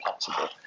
possible